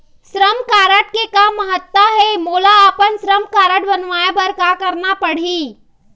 श्रम कारड के का महत्व हे, मोला अपन श्रम कारड बनवाए बार का करना पढ़ही?